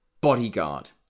bodyguard